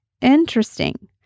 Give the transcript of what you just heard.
Interesting